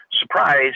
Surprise